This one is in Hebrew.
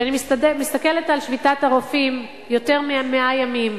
כשאני מסתכלת על שביתת הרופאים, יותר מ-100 ימים,